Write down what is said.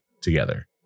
together